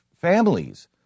families